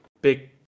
big